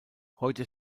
heute